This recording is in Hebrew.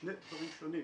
שני דברים שונים,